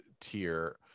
tier